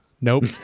nope